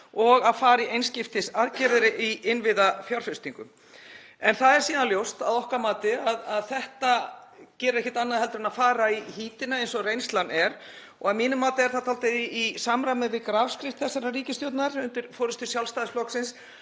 og að fara í einskiptisaðgerðir í innviðafjárfestingum. Það er síðan ljóst að okkar mati að þetta gerir ekkert annað en að fara í hítina eins og reynslan er og að mínu mati er það dálítið í samræmi við grafskrift þessarar ríkisstjórnar, undir forystu Sjálfstæðisflokksins,